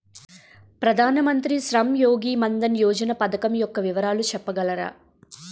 ప్రధాన మంత్రి శ్రమ్ యోగి మన్ధన్ యోజన పథకం యెక్క వివరాలు చెప్పగలరా?